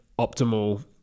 optimal